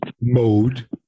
mode